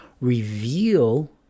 reveal